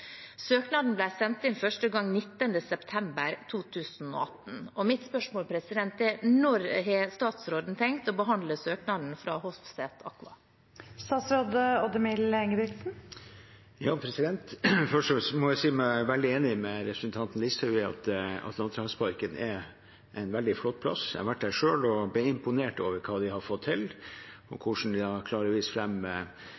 Søknaden ble sendt inn første gang 19. september 2018, og mitt spørsmål er: Når har statsråden tenkt å behandle søknaden fra Hofseth Aqua? Først må jeg si meg veldig enig med representanten Listhaug i at Atlanterhavsparken er en veldig flott plass. Jeg har vært der selv og ble imponert over hva de har fått til, og